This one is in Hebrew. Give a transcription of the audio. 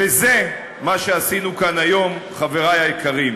וזה מה שעשינו כאן היום, חברי היקרים.